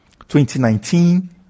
2019